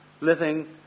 Living